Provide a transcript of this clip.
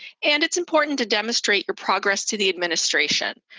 and it's important to demonstrate your progress to the administration.